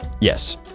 Yes